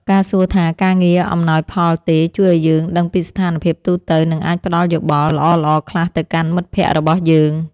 ការសួរថាការងារអំណោយផលទេជួយឱ្យយើងដឹងពីស្ថានភាពទូទៅនិងអាចផ្ដល់យោបល់ល្អៗខ្លះទៅកាន់មិត្តភក្តិរបស់យើង។